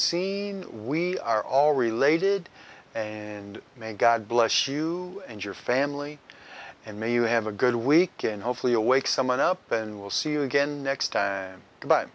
seen we are all related and may god bless you and your family and may you have a good weekend hopefully a wake someone up and will see you again next time b